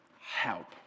help